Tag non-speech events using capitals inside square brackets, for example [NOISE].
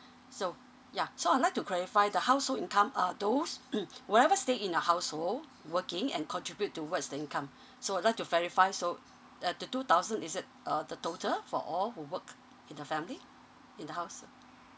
[BREATH] so yeah so I'd like to clarify the household income uh those mm whoever stay in a household working and contribute towards the income [BREATH] so I would like to verify so uh the two thousand is it uh the total for all who work in the family in the house